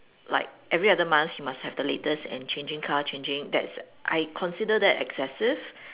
like every other month you must have the latest and changing car changing that's I consider that excessive